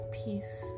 peace